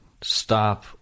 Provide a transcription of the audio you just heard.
stop